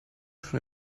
schon